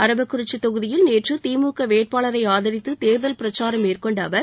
அரவக்குறிச்சி தொகுதியில் நேற்று திமுக வேட்பாளரை ஆதரித்து தேர்தல் பிரச்சாரம் மேற்கொண்ட அவர்